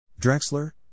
Drexler